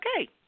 okay